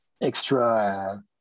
extra